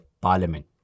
Parliament